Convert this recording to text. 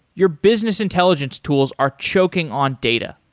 your business intelligence tools are choking on data.